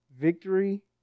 victory